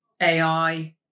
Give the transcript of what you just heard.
AI